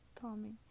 Tommy